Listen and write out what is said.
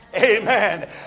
Amen